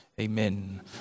Amen